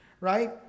right